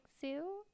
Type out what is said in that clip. zoo